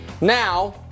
Now